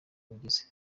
bugeze